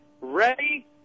Ready